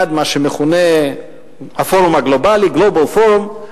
אחד, מה שמכונה "הפורום הגלובלי", Global Forum.